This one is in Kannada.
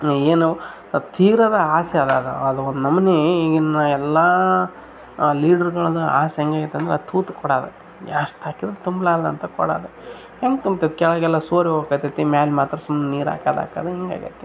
ಏನು ಅದು ತೀರದ ಆಸೆ ಅದ ಅದ ಅದು ಒನ್ ನಮೂನಿ ಈಗಿನ ಎಲ್ಲ ಲೀಡ್ರುಗಳದ ಆಸೆ ಹೆಂಗಾಗೈತ್ ಅಂದ್ರೆ ತೂತು ಕೊಡ ಅದು ಎಷ್ಟು ಹಾಕಿದ್ರು ತುಂಬಲಾರ್ದಂಥ ಕೊಡ ಅದು ಹೆಂಗೆ ತುಂಬ್ತತಿ ಕೆಳಗೆಲ್ಲ ಸೋರಿ ಹೋಗಾಕತೈತಿ ಮೇಲೆ ಮಾತ್ರ ಸುಮ್ ನೀರು ಹಾಕೋದಕ ಅದು ಹಿಂಗಾಗೈತಿ